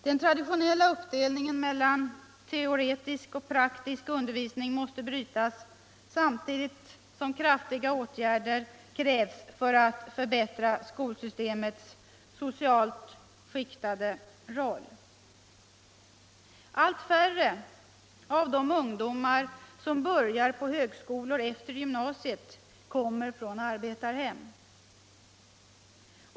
Den traditionella uppdelningen mellan teoretisk och praktisk undervisning måste brytas, samtidigt som kraftiga åtgärder krävs för att förändra skolsystemets socialt skiktande roll. Allt färre av de ungdomar som börjar på högskolor efter gymnasiet kommer från arbetarhem.